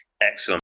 Excellent